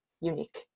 unique